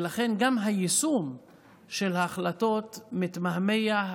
גם היישום של ההחלטות מתמהמה.